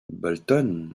bolton